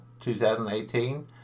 2018